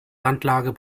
randlage